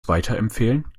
weiterempfehlen